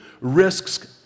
risks